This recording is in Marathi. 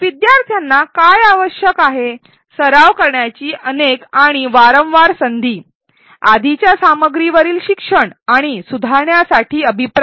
विद्यार्थ्यांना काय आवश्यक आहेः सराव करण्याची अनेक आणि वारंवार संधी आधीच्या सामग्रीवरील शिक्षण आणि सुधारण्यासाठी अभिप्राय